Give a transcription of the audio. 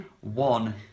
One